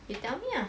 you tell me ah